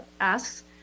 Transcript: asks